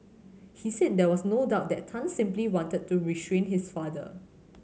he said there was no doubt that Tan simply wanted to restrain his father